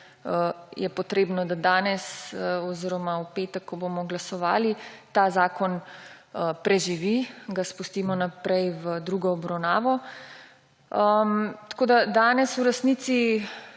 je potrebno, da danes oziroma v petek, ko bomo glasovali, ta zakon preživi in ga spustimo naprej v drugo obravnavo. Tako danes v resnici